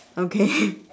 okay